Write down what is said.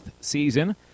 season